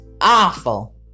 awful